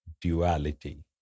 duality